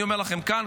אני אומר לכם כאן,